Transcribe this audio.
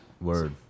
word